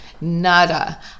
nada